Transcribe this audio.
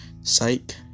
psych